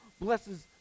blesses